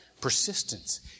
persistence